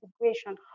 integration